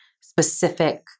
specific